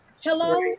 Hello